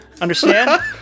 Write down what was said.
understand